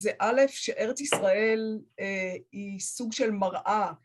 ‫זה א', שארץ ישראל אה... היא סוג של מראה.